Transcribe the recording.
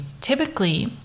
typically